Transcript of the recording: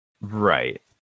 Right